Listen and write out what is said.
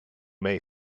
may